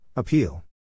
Appeal